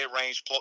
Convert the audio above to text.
range